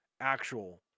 actual